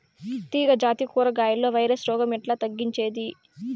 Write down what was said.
తీగ జాతి కూరగాయల్లో వైరస్ రోగం ఎట్లా తగ్గించేది?